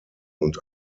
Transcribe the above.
und